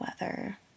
weather